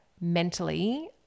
mentally